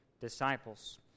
disciples